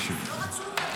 לא רצו אותם, לדעתי.